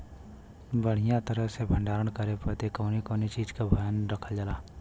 बढ़ियां तरह से भण्डारण करे बदे कवने कवने चीज़ को ध्यान रखल जा?